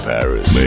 Paris